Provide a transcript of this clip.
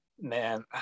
man